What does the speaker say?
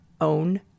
own